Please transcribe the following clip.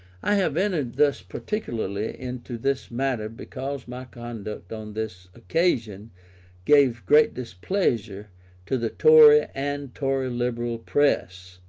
i have entered thus particularly into this matter because my conduct on this occasion gave great displeasure to the tory and tory-liberal press,